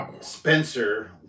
Spencer